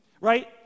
Right